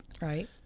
Right